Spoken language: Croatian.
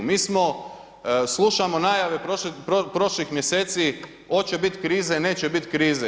Mi smo, slušamo najave prošlih mjeseci hoće biti krize, neće biti krize.